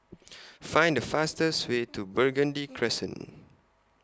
Find The fastest Way to Burgundy Crescent